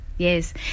Yes